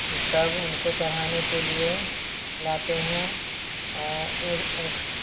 यह सब उनको चढ़ाने के लिए लाते हैं एक ऊख